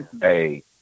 hey